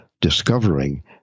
discovering